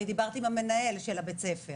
אני דיברתי עם המנהל של בית הספר